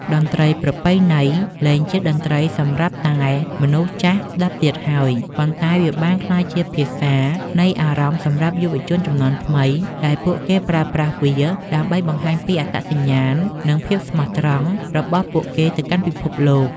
តន្ត្រីប្រពៃណី លែងជាតន្ត្រីសម្រាប់តែមនុស្សចាស់ស្ដាប់ទៀតហើយ ប៉ុន្តែវាបានក្លាយជាភាសានៃអារម្មណ៍សម្រាប់យុវជនជំនាន់ថ្មី ដែលពួកគេប្រើប្រាស់វាដើម្បីបង្ហាញពីអត្តសញ្ញាណ និងភាពស្មោះត្រង់របស់ពួកគេទៅកាន់ពិភពលោក។